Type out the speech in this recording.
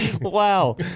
Wow